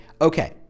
okay